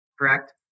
correct